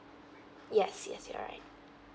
yes yes you're right